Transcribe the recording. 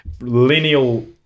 lineal